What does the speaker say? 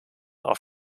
auf